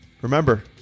Remember